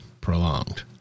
prolonged